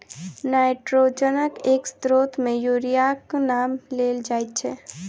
नाइट्रोजनक एक स्रोत मे यूरियाक नाम लेल जाइत छै